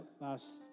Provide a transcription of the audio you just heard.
last